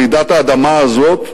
רעידת האדמה הזאת,